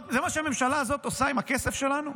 זה מה שהממשלה הזאת עושה עם הכסף שלנו?